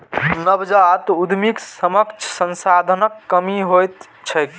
नवजात उद्यमीक समक्ष संसाधनक कमी होइत छैक